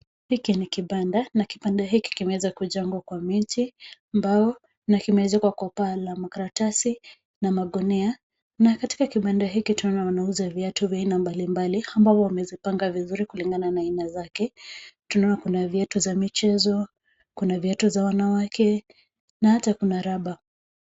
Hiki ni kibanda na kibanda hiki kimeweza kujengwa kwa miti, mbao na kuezekwa kwenye paa la makaratasi na magunia na katika kibanda hiki tunaona wanauza viatu vya aina mbalimbali ambazo wamezipanga vizuri kulingana na aina zake. Tunaona kuna viatu za michezo, kuna viatu za wanawake na hata kuna raba.